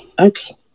okay